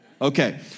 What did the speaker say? Okay